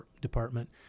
Department